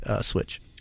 switch